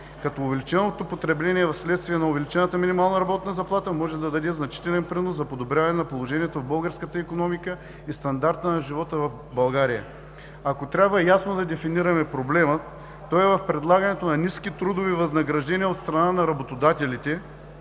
като увеличеното потребление вследствие на увеличената минимална работна заплата може да даде значителен принос за подобряване на положението в българската икономика и стандарта на живота в България. Ако трябва ясно да дефинираме проблема, той е в предлагането на ниски трудови възнаграждения от страна на работодателите